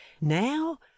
Now